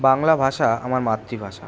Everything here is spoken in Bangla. বাংলা ভাষা আমার মাতৃভাষা